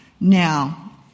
Now